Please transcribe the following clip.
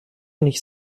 nicht